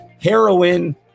heroin